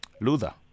luther